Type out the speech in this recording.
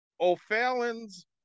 O'Fallon's